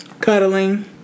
cuddling